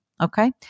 Okay